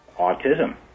autism